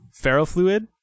ferrofluid